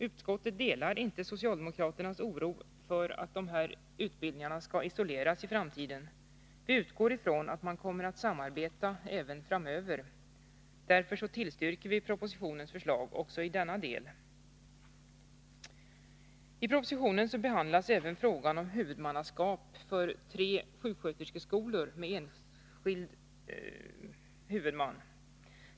Utskottet delar inte socialdemokraternas oro för att dessa utbildningar skall isoleras i framtiden. Vi utgår ifrån att man kommer att samarbeta även framöver. Därför tillstyrker vi propositionens förslag också i denna del. I propositionen behandlas även frågan om huvudmannaskap för tre sjuksköterskeskolor med enskild huvudman.